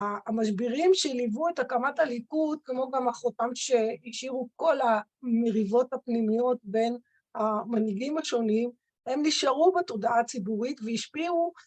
‫המשברים שהלוו את הקמת הליכוד, ‫כמו גם החותם שהשאירו ‫כל המריבות הפנימיות ‫בין המנהיגים השונים, ‫הם נשארו בתודעה הציבורית ‫והשפיעו.